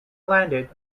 landed